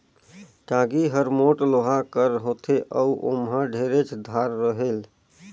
टागी हर मोट लोहा कर होथे अउ ओमहा ढेरेच धार रहेल